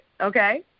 Okay